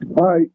Hi